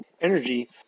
energy